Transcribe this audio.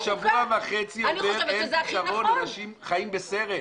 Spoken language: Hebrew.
אני שבוע וחצי אומר שאין פתרון, אנשים חיים בסרט.